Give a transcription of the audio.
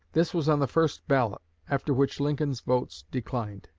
this was on the first ballot, after which lincoln's votes declined.